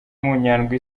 nyandwi